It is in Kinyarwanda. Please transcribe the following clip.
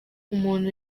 umuntu